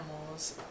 animals